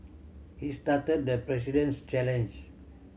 he started the President's challenge